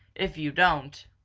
if you don't,